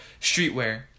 streetwear